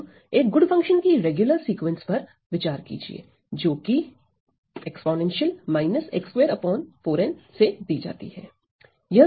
अब एक good function की रेगुलर सीक्वेंस पर विचार कीजिए जोकि exp4n से दी जाती है